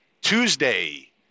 Tuesday